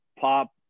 pop